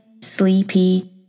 sleepy